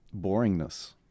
boringness